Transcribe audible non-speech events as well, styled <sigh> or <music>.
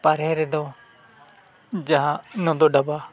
ᱵᱟᱨᱦᱮ ᱨᱮᱫᱚ ᱡᱟᱦᱟᱸ <unintelligible>